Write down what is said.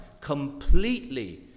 completely